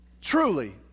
Truly